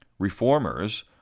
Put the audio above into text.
Reformers